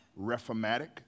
reformatic